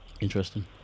Interesting